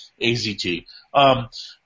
AZT